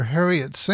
Harriet